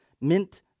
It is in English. mint